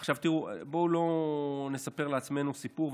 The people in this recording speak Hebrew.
עכשיו, תראו, בואו לא נספר לעצמנו סיפור.